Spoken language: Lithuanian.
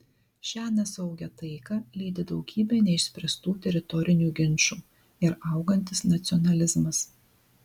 šią nesaugią taiką lydi daugybė neišspręstų teritorinių ginčų ir augantis nacionalizmas